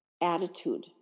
attitude